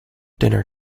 dinner